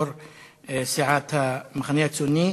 יו"ר סיעת המחנה הציוני,